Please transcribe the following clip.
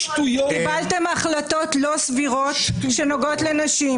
קיבלתם החלטות לא סבירות שנוגעות לנשים